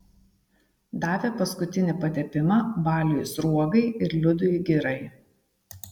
davė paskutinį patepimą baliui sruogai ir liudui girai